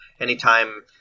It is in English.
anytime